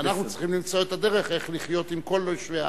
ואנחנו צריכים למצוא את הדרך איך לחיות עם כל יושבי הארץ.